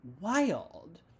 Wild